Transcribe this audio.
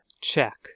check